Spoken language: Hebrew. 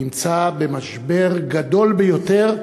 נמצא במשבר גדול ביותר,